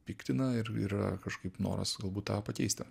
piktina ir yra kažkaip noras galbūt tą pakeisti